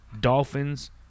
Dolphins